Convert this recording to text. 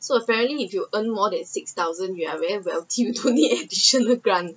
so apparently if you earn more than six thousand you are very wealthy you don’t need additional grant